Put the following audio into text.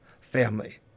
family